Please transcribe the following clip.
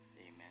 amen